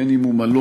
בין אם הוא מלון,